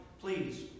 please